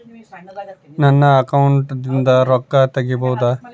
ನನ್ನ ಅಕೌಂಟಿಂದ ರೊಕ್ಕ ತಗಿಬಹುದಾ?